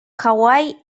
hawaii